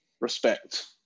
respect